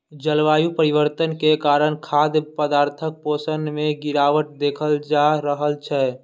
जलवायु परिवर्तन के कारण खाद्य पदार्थक पोषण मे गिरावट देखल जा रहल छै